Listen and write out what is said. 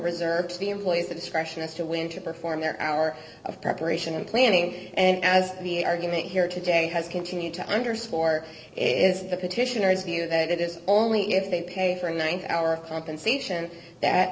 reserves the employee's discretion as to when to perform their hour of preparation and planning and as the argument here today has continued to underscore is the petitioners view that it is only if they pay for nine hours compensation that